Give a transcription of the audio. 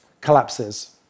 collapses